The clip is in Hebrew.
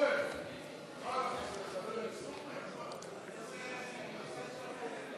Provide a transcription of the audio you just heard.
סעיף תקציבי 15,